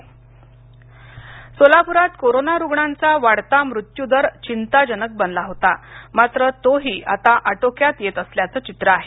voice cast Solapur सोलाप्रात corona रुग्णांचा वाढता मृत्युदर चिंताजनक बनला होता मात्र तोही आता आटोक्यात येत असल्याचं चित्र आहे